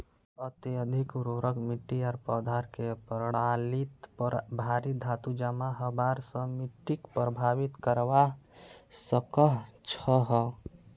अत्यधिक उर्वरक मिट्टी आर पौधार के प्रणालीत पर भारी धातू जमा हबार स मिट्टीक प्रभावित करवा सकह छह